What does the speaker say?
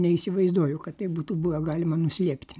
neįsivaizduoju kad tai būtų buvę galima nuslėpti